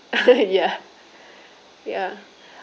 ya ya